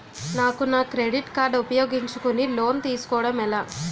నాకు నా credit card ఉపయోగించుకుని లోన్ తిస్కోడం ఎలా?